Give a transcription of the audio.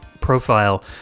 profile